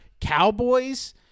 Cowboys